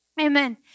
Amen